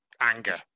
anger